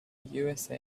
usa